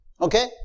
okay